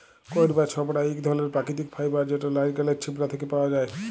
কইর বা ছবড়া ইক ধরলের পাকিতিক ফাইবার যেট লাইড়কেলের ছিবড়া থ্যাকে পাউয়া যায়